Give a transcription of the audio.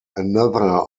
another